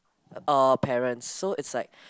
all parents so is like